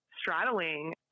straddling